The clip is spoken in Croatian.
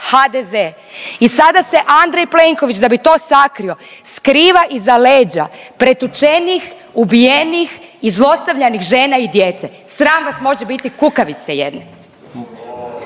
HDZ. I sada se Andrej Plenković da bi to sakrio skriva iza leđa pretučenih, ubijenih i zlostavljanih žena i djece. Sram vas može biti, kukavice jedne.